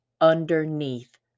underneath